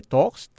Talks